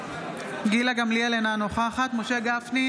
אינה נוכחת משה גפני,